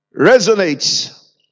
resonates